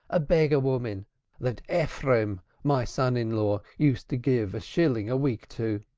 a beggar-woman that ephraim, my son-in-law, used to give a shilling a week to.